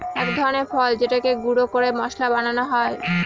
এক ধরনের ফল যেটাকে গুঁড়া করে মশলা বানানো হয়